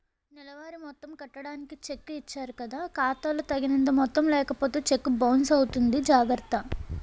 నెలవారీ మొత్తం కట్టడానికి చెక్కు ఇచ్చారు కదా ఖాతా లో తగినంత మొత్తం లేకపోతే చెక్కు బౌన్సు అవుతుంది జాగర్త